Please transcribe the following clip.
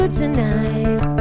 tonight